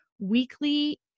weekly